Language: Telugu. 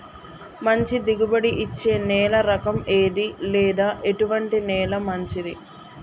మంచి దిగుబడి ఇచ్చే నేల రకం ఏది లేదా ఎటువంటి నేల మంచిది?